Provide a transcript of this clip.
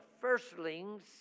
firstlings